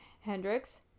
Hendrix